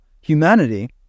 humanity